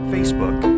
Facebook